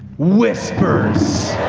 whispers.